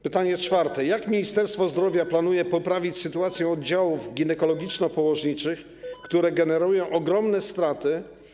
Pytanie czwarte: Jak Ministerstwo Zdrowia planuje poprawić sytuację oddziałów ginekologiczno-położniczych, które generują ogromne straty?